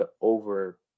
over